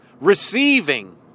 receiving